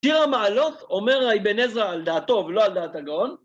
שיר למעלות, אומר האבן עזרא על דעתו ולא על דעת הגאון.